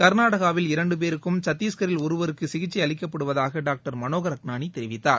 கர்நாடகாவில் இரண்டு பேருக்கும் சத்தீஷ்கரில் ஒருவருக்கும் சிகிச்சை அளிக்கப்படுவதாக டாக்டர் மனோகர் அக்னானி தெரிவித்தார்